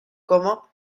como